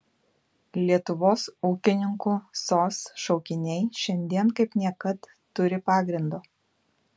lietuvos ūkininkų sos šaukiniai šiandien kaip niekad turi pagrindo